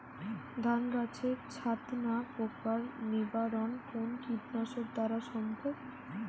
ধান গাছের ছাতনা পোকার নিবারণ কোন কীটনাশক দ্বারা সম্ভব?